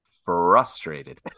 frustrated